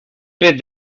pez